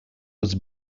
was